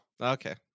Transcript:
Okay